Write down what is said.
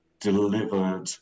delivered